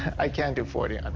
i can't do forty. um